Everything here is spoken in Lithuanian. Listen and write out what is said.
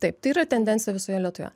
taip tai yra tendencija visoje lietuvoje